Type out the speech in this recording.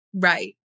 Right